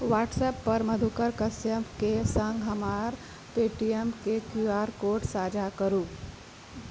WhatsApp पर मधुकर कश्यप के सङ्ग हमर पेटीएम के क्यू आर कोड साझा करू